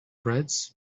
breads